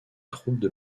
troubles